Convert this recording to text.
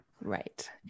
Right